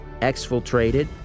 exfiltrated